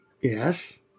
Yes